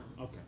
Okay